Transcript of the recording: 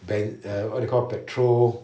ben~ what do you call petrol